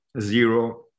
zero